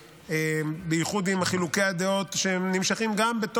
בייחוד עם חילוקי הדעות שקיימים ביני